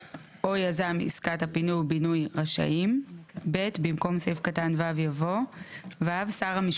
דיברנו על זה שיש את הסמכות שפעם ראשונה הרשות מאשרת ואז יש לה היום